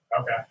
Okay